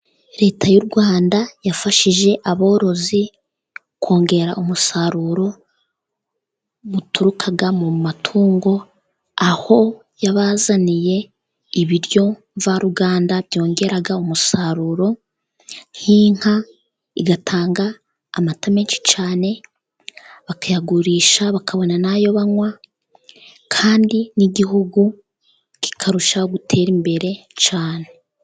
Leta y'u rwanda yafashije aborozi kongera umusaruro mubituruka mu matungo aho yabazaniye ibiryo mvaruganda byongera umusaruro, nk'inka igatanga amata menshi cyane bakayagurisha bakabona n'ayo banywa kandi n'igihugu kikarushaho gutera imbere cyane.